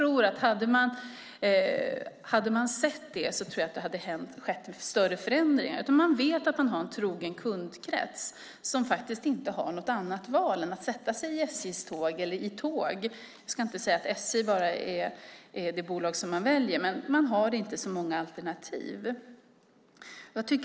Om det hade varit så hade det skett större förändringar. Man vet att man har en trogen kundkrets som faktiskt inte har något annat val än att sätta sig i SJ:s tåg - i tåg, SJ är inte det enda bolag man väljer. Det finns inte så många alternativ.